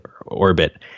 orbit